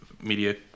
media